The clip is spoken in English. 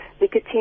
nicotine